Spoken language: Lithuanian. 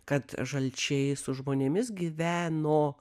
kad žalčiai su žmonėmis gyveno